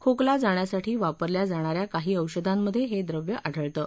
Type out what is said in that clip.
खोकला जाण्यासाठी वापरल्या जाणा या काही औषधांमधे हे द्रव्य आढळतं